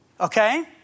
Okay